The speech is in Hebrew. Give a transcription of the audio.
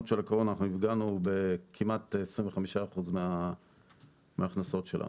של הקורונה אנחנו נפגענו בכמעט 25% מההכנסות שלנו.